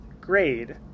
grade